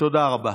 תודה רבה.